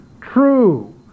true